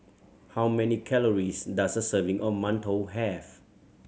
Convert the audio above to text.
how many calories does a serving of mantou have